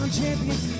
Champions